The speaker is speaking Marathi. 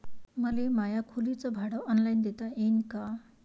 मले माया खोलीच भाड ऑनलाईन देता येईन का?